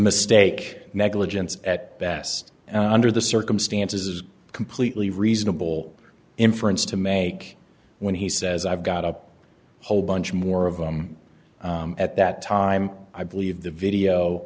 mistake negligence at best an under the circumstances is completely reasonable inference to make when he says i've got a whole bunch more of them at that time i believe the video